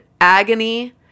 Agony